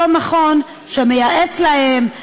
אותו מכון שמייעץ להם,